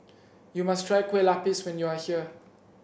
you must try Kue Lupis when you are here